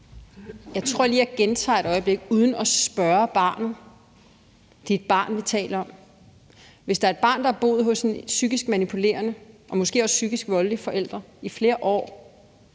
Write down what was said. Jeg tror lige, jeg gentager et øjeblik: »uden at spørge barnet«. Det er et barn, vi taler om. Hvis der er et barn, der har boet hos en psykisk manipulerende og måske også psykisk voldelig forælder i flere år